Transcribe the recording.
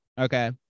Okay